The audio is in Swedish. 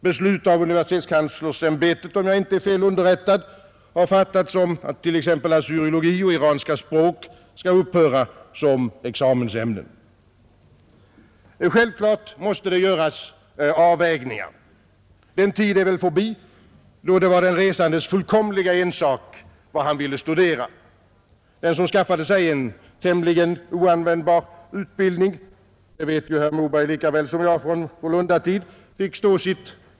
Beslut har, om jag inte är fel underrättad, fattats av universitetskanslersämbetet om att exempelvis assyriologi och iranska språk skall upphöra som examensämnen. Självfallet måste det göras avvägningar. Den tid är väl förbi då det var den resandes fullkomliga ensak vad han ville studera. Den som skaffade sig en tämligen oanvändbar utbildning fick stå sitt kast — det vet herr Moberg lika bra som jag från vår lundatid.